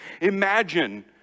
Imagine